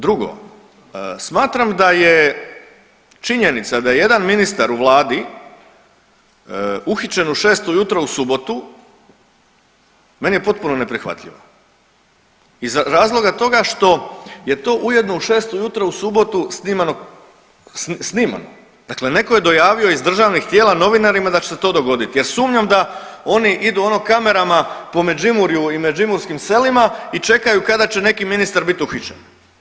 Drugo, smatram da je činjenica da jedan ministar u vladi uhićen u šest ujutro u subotu, meni je potpuno neprihvatljivo iz razloga što što je to ujedno u šest ujutro u subotu snimano, snimano, dakle neko je dojavio iz državnih tijela novinarima da će se to dogodit jer sumnjam da oni idu ono kamerama po Međimurju i međimurski selima i čekaju kada će neki ministar biti uhićen.